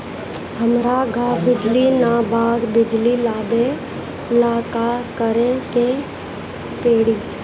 हमरा गॉव बिजली न बा बिजली लाबे ला का करे के पड़ी?